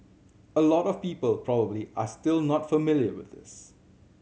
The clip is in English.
a lot of people probably are still not familiar with this